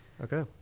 Okay